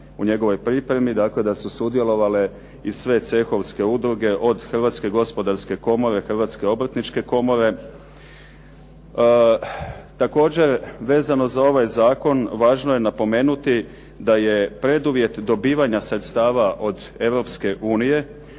u njegovoj pripremi dakle da su sudjelovale i sve cehovske udruge o Hrvatske gospodarske komore, Hrvatske obrtničke komore. Također, vezano za ovaj zakon važno je napomenuti da je preduvjet dobivanja sredstava od